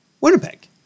Winnipeg